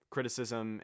Criticism